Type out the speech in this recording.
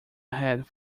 had